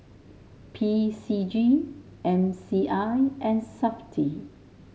P C G M C I and Safti